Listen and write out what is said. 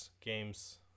games